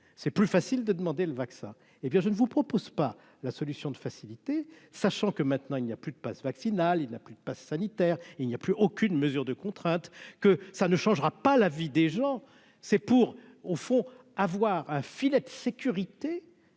c'est plus facile de demander le vaccin, et bien je ne vous propose pas la solution de facilité, sachant que maintenant il n'y a plus de passe vaccinal, il n'a plus de passes sanitaires il n'y a plus aucune mesure de contrainte que ça ne changera pas la vie des gens c'est pour au fond : avoir un filet de sécurité